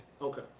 Okay